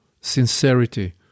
sincerity